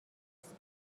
دست